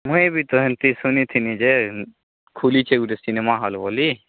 ମୁଇଁ ବି ତ ହେମ୍ତି ଶୁନି ଥିଲି ଯେ ଖୁଲିଛେ ଗୁଟେ ସିନେମା ହଲ୍ ବୋଲି